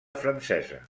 francesa